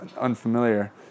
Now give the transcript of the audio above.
unfamiliar